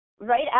Right